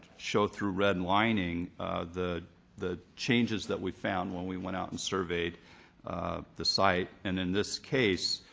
show through red lining the the changes that we found when we went out and surveyed the site. and in this case,